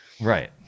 Right